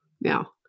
now